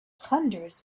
hundreds